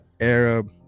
arab